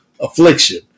affliction